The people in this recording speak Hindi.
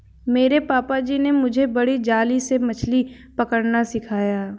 मेरे पापा जी ने मुझे बड़ी जाली से मछली पकड़ना सिखाया